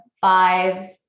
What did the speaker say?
five